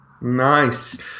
nice